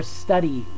study